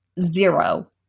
zero